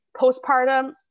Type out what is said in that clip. postpartum